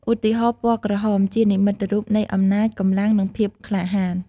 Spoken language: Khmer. ឧទាហរណ៍ ពណ៌ក្រហម ជានិមិត្តរូបនៃអំណាច កម្លាំង និងភាពក្លាហាន។